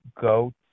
go